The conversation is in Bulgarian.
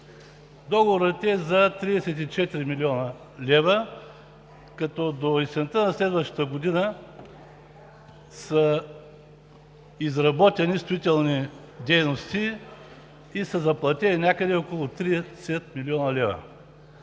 Договорът е за 34 млн. лв., като до есента на следващата година са изработени строителни дейности и са заплатени някъде около 30 млн. лв.